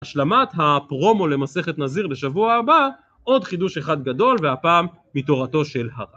השלמת הפרומו למסכת נזיר בשבוע הבא, עוד חידוש אחד גדול, והפעם מתורתו של הרע.